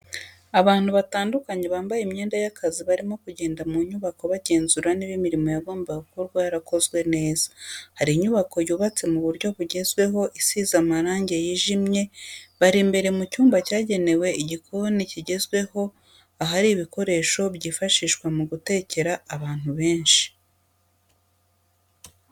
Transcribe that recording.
Abantu batandukanye bambaye imyenda y'akazi barimo kugenda mu nyubako bagenzura niba imirimo yagombaga gukorwa yarakozwe neza, hari inyubako yubatse mu buryo bugezweho isize amarangi yijimye, bari imbere mu cyumba cyagenewe igikoni kigezweho ahari ibikoresho byifashishwa mu gutekera abantu benshi.